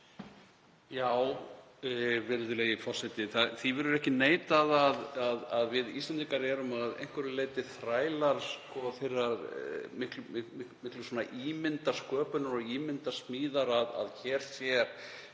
Virðulegi forseti. Því verður ekki neitað að við Íslendingar erum að einhverju leyti þrælar þeirrar miklu ímyndarsköpunar og ímyndarsmíðar að hér sé